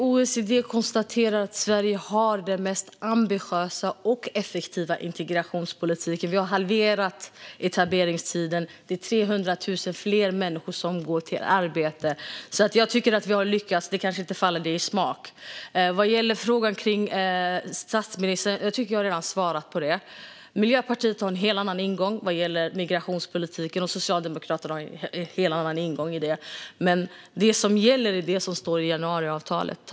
Fru talman! OECD konstaterar att Sverige har den mest ambitiösa och effektiva integrationspolitiken. Vi har halverat etableringstiden. Det är 300 000 fler människor som går till arbete. Jag tycker att vi har lyckats. Det kanske inte faller dig i smaken. Vad gäller frågan om statsministern har jag redan svarat på den. Miljöpartiet har en helt annan ingång vad gäller migrationspolitiken, och Socialdemokraterna har en annan ingång. Det som gäller är det som står i januariavtalet.